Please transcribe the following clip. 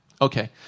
Okay